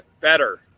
better